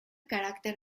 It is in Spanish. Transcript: carácter